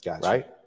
right